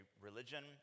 religion